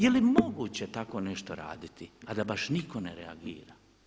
Je li moguće tako nešto raditi, a da baš nitko ne reagira?